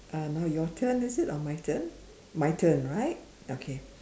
uh now your turn is it or my turn my turn right okay